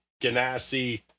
Ganassi